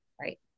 right